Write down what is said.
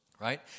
right